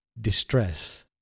Distress